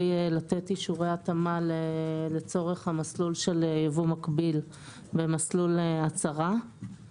לתת אישורי התאמה לצורך המסלול של יבוא מקביל במסלול הצהרה.